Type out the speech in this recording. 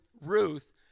Ruth